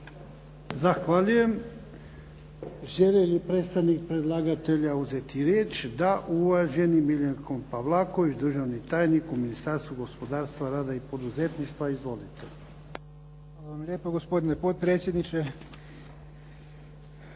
Hvala vam lijepo gospodine potpredsjedniče,